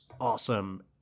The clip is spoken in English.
awesome